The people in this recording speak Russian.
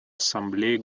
ассамблеи